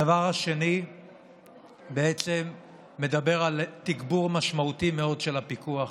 הדבר השני מדבר על תגבור משמעותי מאוד של הפיקוח.